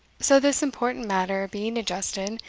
so this important matter being adjusted,